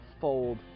fold